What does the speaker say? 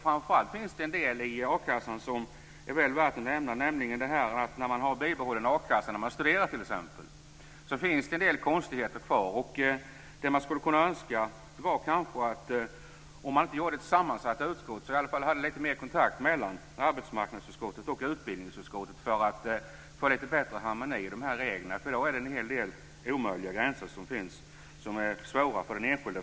Framför allt finns det en del i a-kassan som är väl värt att nämna, nämligen att för dem som har bibehållen a-kassa när de studerar finns det en del konstigheter kvar. Det man skulle kunna önska var att, om det inte gjordes ett sammansatt utskott, det fanns lite mer kontakt mellan arbetsmarknadsutskottet och utbildningsutskottet, för att få bättre harmoni i reglerna. Det finns i dag en hel del omöjliga gränser, som är svåra att förstå för den enskilde.